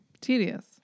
tedious